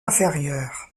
inférieure